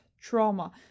trauma